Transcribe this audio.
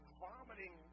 vomiting